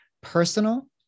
personal